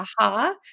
aha